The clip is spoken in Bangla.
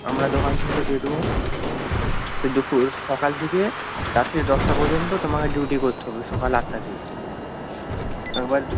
আমরা দোকান থেকে দিয়ে দেবো সে দুপুর সকাল থেকে রাত্রি দশটা পর্যন্ত তোমাকে ডিউটি করতে হবে সকাল আটটা থেকে একবার দে